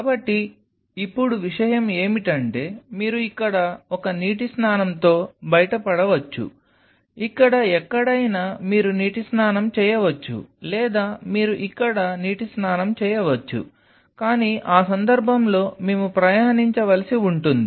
కాబట్టి ఇప్పుడు విషయం ఏమిటంటే మీరు ఇక్కడ ఒక నీటి స్నానంతో బయటపడవచ్చు ఇక్కడ ఎక్కడైనా మీరు నీటి స్నానం చేయవచ్చు లేదా మీరు ఇక్కడ నీటి స్నానం చేయవచ్చు కానీ ఆ సందర్భంలో మేము ప్రయాణించవలసి ఉంటుంది